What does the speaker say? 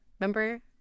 Remember